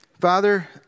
Father